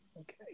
okay